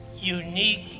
unique